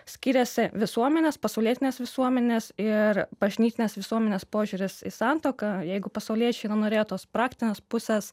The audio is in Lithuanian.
skyrėsi visuomenės pasaulietinės visuomenės ir bažnytinės visuomenės požiūris į santuoką jeigu pasauliečiai na norėjo tos praktinės pusės